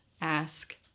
ask